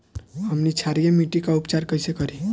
हमनी क्षारीय मिट्टी क उपचार कइसे करी?